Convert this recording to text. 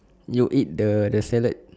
you eat the the salad